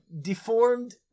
deformed